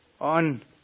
on